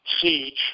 siege